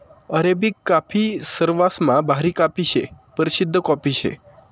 Arabic coffee सरवासमा भारी coffee शे, परशिद्ध कॉफी शे